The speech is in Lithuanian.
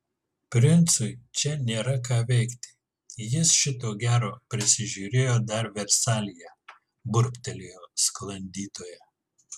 princui čia nėra ką veikti jis šito gero prisižiūrėjo dar versalyje burbtelėjo sklandytoja